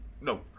no